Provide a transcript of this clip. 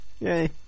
Yay